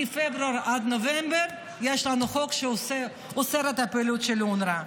מפברואר עד נובמבר יש לנו חוק שאוסר את הפעילות של אונר"א.